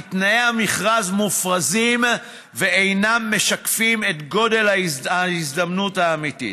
תנאי המכרז מופרזים ואינם משקפים את גודל ההזדמנות האמיתית.